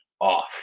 off